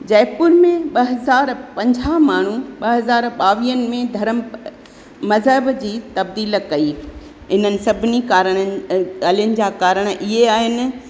जयपुर में ॿ हज़ार पंजाहु माण्हू ॿ हज़ार ॿावीहनि में धर्म मज़हब जी तब्दील कई इन्हनि सभिनी कारणनि ॻाल्हियुनि जा कारणि इहे आहिनि